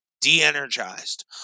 de-energized